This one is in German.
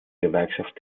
gewerkschaft